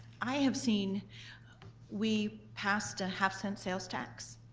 i have seen we passed a half cent sales tax.